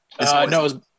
No